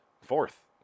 Fourth